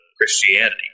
Christianity